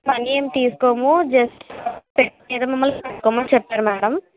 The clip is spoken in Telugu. మనీ ఏం తీసుకోము జస్ట్ మమల్ని కనుక్కోమని చెప్పార్ మ్యాడం